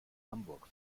hamburg